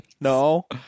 No